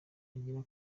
agira